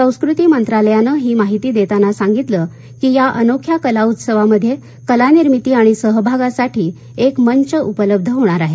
संस्कृती मंत्रालयानं ही माहिती देताना सांगितलं की या अनोख्या कला उत्सवामध्ये कलानिर्मिती आणि सहभागासाठी एक मंच उपलब्ध होणार आहे